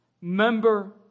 member